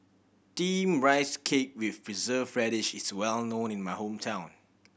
Steamed Rice Cake with Preserved Radish is well known in my hometown